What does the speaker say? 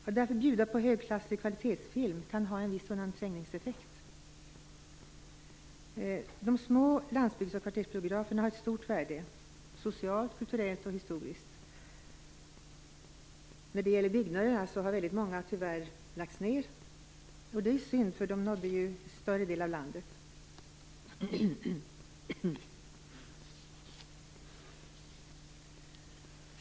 Att bjuda på högklassig kvalitetsfilm kan ha en viss undanträngningseffekt. De små landsbygds och kvartersbiograferna har ett stort värde, socialt, kulturellt och historiskt. Tyvärr har många av byggnaderna lagts ned, och det är synd, eftersom de fanns i större delen av landet.